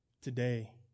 today